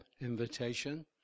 invitation